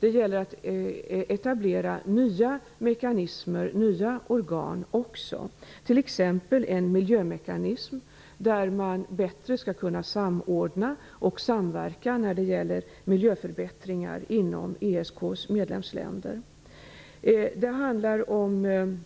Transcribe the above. Det gäller att också etablera nya mekanismer och nya organ, t.ex. en miljömekanism genom vilken man bättre skall kunna samverka när det gäller miljöförbättringar inom ESK:s medlemsländer och samordna dem. Det handlar också om